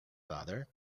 father